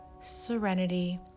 serenity